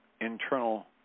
internal